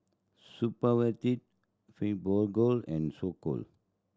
Supravit Fibogel and Isocal